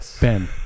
Ben